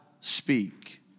speak